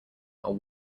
are